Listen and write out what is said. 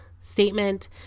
statement